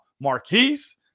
Marquise